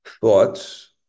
thoughts